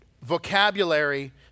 vocabulary